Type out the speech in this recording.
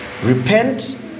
Repent